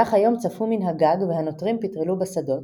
במהלך היום צפו מן הגג והנוטרים פיטרלו בשדות,